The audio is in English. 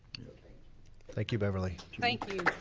thank thank you beverly. thank you!